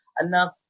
enough